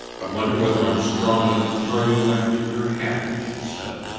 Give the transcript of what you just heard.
i wonder whether i'm strong enough to throw you after your hat? she said.